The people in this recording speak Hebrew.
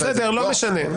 בסדר, לא משנה.